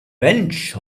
bench